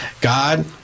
God